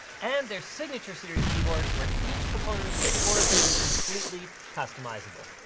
and their signature series keyboards where each component of the keyboard is completely customizable.